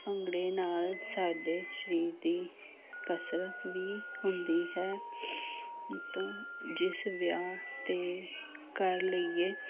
ਭੰਗੜੇ ਨਾਲ ਸਾਡੇ ਸਰੀਰ ਦੀ ਕਸਰਤ ਵੀ ਹੁੰਦੀ ਹੈ ਜਿੱਦਾਂ ਜਿਸ ਵਿਆਹ 'ਤੇ ਕਰ ਲਈਏ